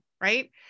right